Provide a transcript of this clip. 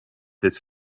his